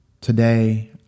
Today